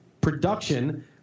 production